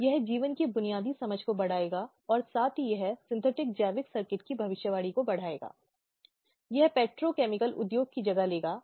प्रसव पूर्व निदान तकनीक अधिनियम 1994 लिंग निर्धारण परीक्षण वगैरह का संदर्भ देता है